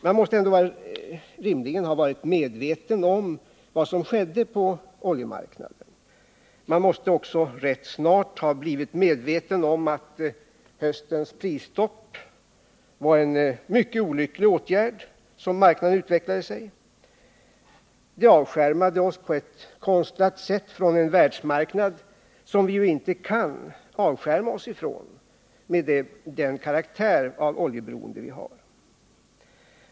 Man måste ändå rimligen ha varit medveten om vad som skedde på oljemarknaden; man måste också rätt snart ha blivit medveten om att höstens prisstopp var en mycket olycklig åtgärd som marknaden utvecklade sig. Prisstoppet avskärmade oss på ett konstlat sätt från en världsmarknad som vi ju inte kan avskärma oss ifrån, med den karaktär av oljeberoende som vi har.